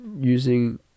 using